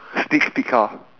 sneak peek ah